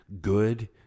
good